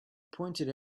pointed